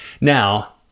Now